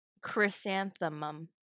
Chrysanthemum